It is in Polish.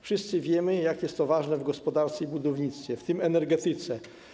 Wszyscy wiemy, jak jest to ważne w gospodarce i budownictwie, w tym w energetyce.